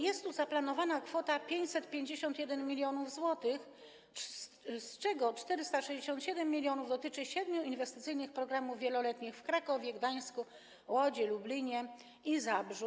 Jest tu zaplanowana kwota 551 mln zł, z czego 467 mln dotyczy siedmiu inwestycyjnych programów wieloletnich w Krakowie, Gdańsku, Łodzi, Bydgoszczy, Lublinie i Zabrzu.